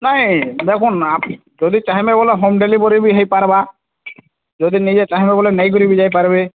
ନାଇ ଦେଖନ୍ତୁ ଯଦି ଚାହିଁବେ ବୋଲେ ହୋମ୍ ଡେଲିଭରି ବି ହୋଇ ପାରିବ ଯଦି ନିଜେ ଚାହିଁବେ ବୋଲେ ନେଇକିରି ବି ଯାଇ ପାରିବେ